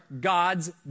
God's